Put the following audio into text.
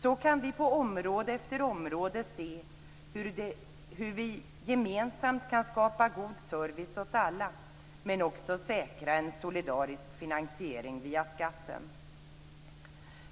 Så ser vi på område efter område hur vi gemensamt kan skapa god service åt alla men också säkra en solidarisk finansiering via skatten.